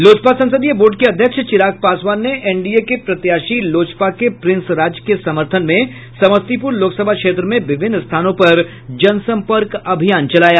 लोजपा संसदीय बोर्ड के अध्यक्ष चिराग पासवान ने एनडीए के प्रत्याशी लोजपा के प्रिंस राज के समर्थन में समस्तीपूर लोकसभा क्षेत्र में विभिन्न स्थानों पर जनसंपर्क अभियान चलाया